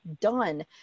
done